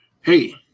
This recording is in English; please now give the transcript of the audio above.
hey